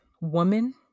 woman